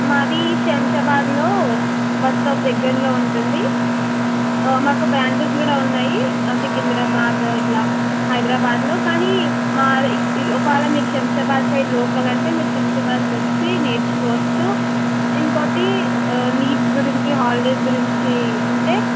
మాది శంషాబాద్లో bus stop దగ్గరలో ఉంటుంది మాకు బ్రాంచెస్ కూడా ఉన్నాయి సికింద్రాబాద్ ఇట్లా హైదరాబాదులో కానీ మా ఇ ఒకవేళ మీరు శంషాబాద్ సైడ్ లోకల్ అంటే శంషాబాద్కొచ్చి నేర్చుకోవచ్చు ఇంకొకటి లీవ్స్ గురించి హాలిడేస్ గురించి ఉంటే